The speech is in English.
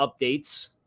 updates